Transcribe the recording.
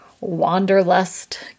wanderlust